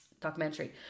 documentary